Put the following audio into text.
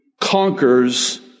conquers